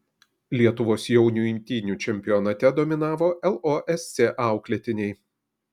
lietuvos jaunių imtynių čempionate dominavo losc auklėtiniai